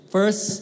First